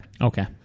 Okay